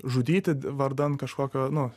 žudyti vardan kažkokio nu